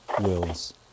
wills